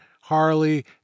Harley